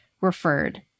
referred